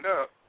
up